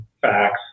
facts